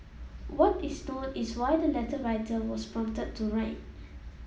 what is known is why the letter writer was prompted to write